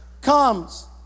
comes